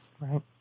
Right